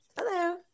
Hello